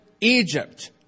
Egypt